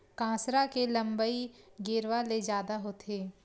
कांसरा के लंबई गेरवा ले जादा होथे